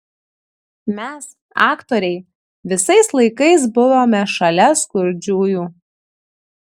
mes aktoriai visais laikais buvome šalia skurdžiųjų